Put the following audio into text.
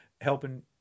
helping